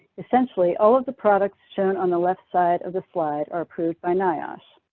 essentially, all of the products shown on the left side of the slide are approved by niosh.